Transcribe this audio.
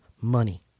money